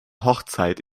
hochzeit